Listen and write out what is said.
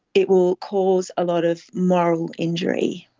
it will cause a lot of moral injury.